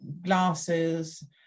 glasses